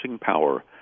power